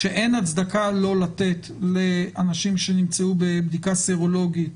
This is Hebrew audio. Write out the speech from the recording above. שאין הצדקה לא לתת לאנשים שנמצאו בבדיקה סרולוגית